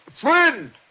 Friend